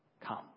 come